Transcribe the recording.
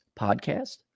podcast